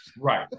Right